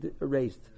erased